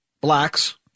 blacks